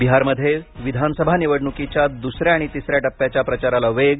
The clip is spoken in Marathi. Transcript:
बिहारमध्ये विधानसभा निवडणुकीच्या दुसऱ्या आणि तिसऱ्या टप्प्याच्या प्रचाराला वेग